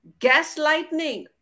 gaslighting